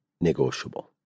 negotiable